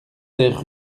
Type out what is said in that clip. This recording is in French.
ter